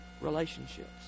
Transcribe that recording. relationships